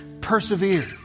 persevere